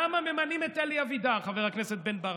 למה ממנים את אלי אבידר, חבר הכנסת בן ברק?